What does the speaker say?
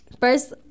First